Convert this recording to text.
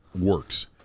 works